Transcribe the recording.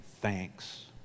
thanks